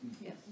Yes